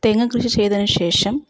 തെങ്ങ് കൃഷി ചെയ്തതിനു ശേഷം